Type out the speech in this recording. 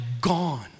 gone